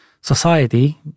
society